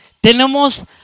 Tenemos